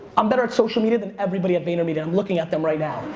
i'm better at social media than everybody at vaynermedia. i'm looking at them right now,